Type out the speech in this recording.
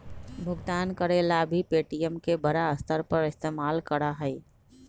भुगतान करे ला भी पे.टी.एम के बड़ा स्तर पर इस्तेमाल करा हई